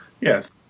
Yes